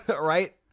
right